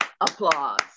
applause